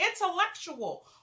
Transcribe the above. intellectual